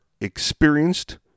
experienced